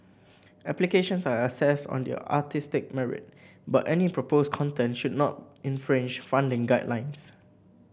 applications are assessed on their artistic merit but any proposed content should not infringe funding guidelines